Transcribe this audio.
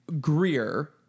Greer